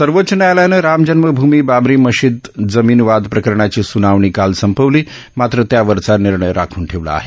सर्वोच्च न्यायालयानं रामजन्मभूमी बाबरी मशीद जमीन वाद प्रकरणाची सुनावणी काल संपवली मात्र त्यावरचा निर्णय राखून ठेवला आहे